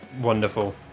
Wonderful